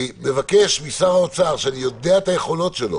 אני מבקש משר האוצר, שאני מכיר את היכולות שלו